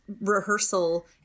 rehearsal